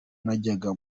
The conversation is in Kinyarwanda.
najyaga